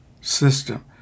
system